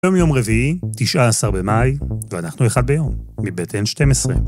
‫היום יום רביעי, 19 במאי, ‫ואנחנו אחד ביום מבית N12.